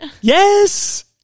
Yes